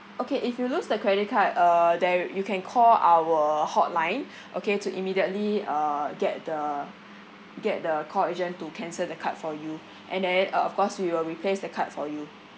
okay if you lose the credit card uh there you can call our hotline okay to immediately uh get the get the call agent to cancel the card for you and then uh of course we will replace the card for you